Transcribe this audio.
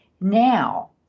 Now